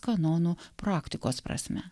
kanonų praktikos prasme